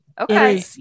Okay